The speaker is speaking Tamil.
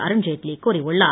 அருண்ஜேட்லி கூறியுள்ளார்